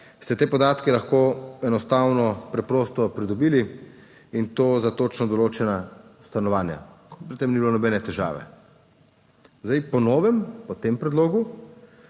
ste te podatke lahko enostavno preprosto pridobili in to za točno določena stanovanja. Pri tem ni bilo nobene težave. Zdaj po novem, po tem predlogu